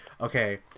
okay